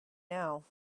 now